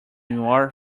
more